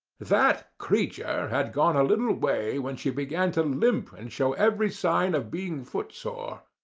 that creature had gone a little way when she began to limp and show every sign of being foot-sore.